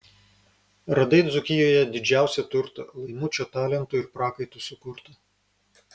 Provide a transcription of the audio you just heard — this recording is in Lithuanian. radai dzūkijoje didžiausią turtą laimučio talentu ir prakaitu sukurtą